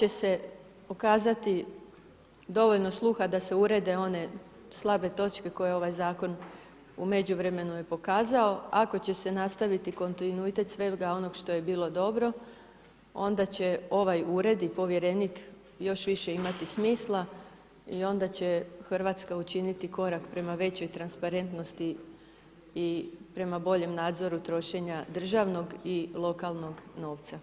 Ako će se pokazati dovoljno sluha da se urede one slabe točke koje ovaj Zakon u međuvremenu je pokazao, ako će se nastaviti kontinuitet svega onoga što je bilo dobro, onda će ovaj Ured i povjerenik još više imati smisla i onda će RH učiniti korak prema većoj transparentnosti i prema boljem nadzoru trošenja državnog i lokalnog novca.